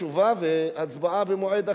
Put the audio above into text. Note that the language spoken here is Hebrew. תשובה והצבעה במועד אחר,